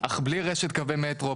אך בלי רשת קווי מטרו,